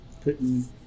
putting